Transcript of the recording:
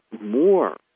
more